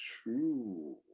True